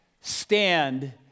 stand